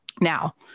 Now